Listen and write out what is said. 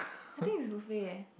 I think it's buffet eh